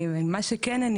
מה שכן,